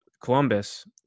Columbus